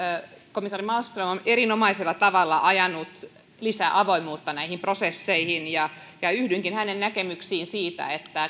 komissaari malmström on erinomaisella tavalla ajanut lisää avoimuutta näihin prosesseihin ja ja yhdynkin hänen näkemyksiinsä siitä että